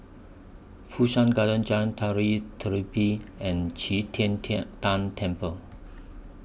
Fu Shan Garden Jalan Tari and Qi Tian Tian Tan Temple